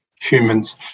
humans